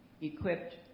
equipped